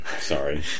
Sorry